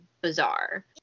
bizarre